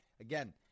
Again